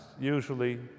usually